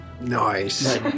Nice